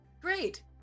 Great